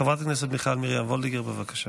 חברת הכנסת מיכל מרים וולדיגר, בבקשה.